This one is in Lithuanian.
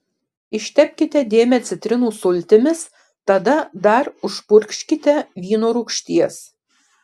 ištepkite dėmę citrinų sultimis tada dar užpurkškite vyno rūgšties